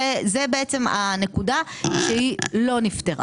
זאת הנקודה שלא נפתרה.